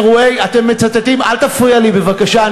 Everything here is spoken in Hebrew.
אירועים, אתם מצטטים, אל תפריע לי בבקשה.